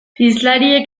hizlariek